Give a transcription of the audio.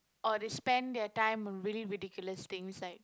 or they spend their time on really ridiculous things like